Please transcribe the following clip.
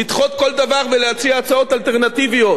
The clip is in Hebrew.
לדחות כל דבר ולהציע הצעות אלטרנטיביות.